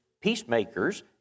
peacemakers